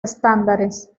estándares